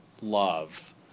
love